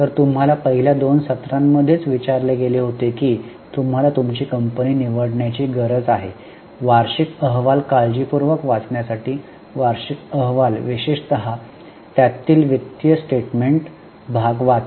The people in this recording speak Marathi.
तर तुम्हाला पहिल्या २ सत्रांमध्येच विचारले गेले होते की तुम्हाला तुमची कंपनी निवडण्याची गरज आहे वार्षिक अहवाल काळजीपूर्वक वाचण्यासाठी वार्षिक अहवाल विशेषतः त्यातील वित्तीय स्टेटमेंट भाग वाचा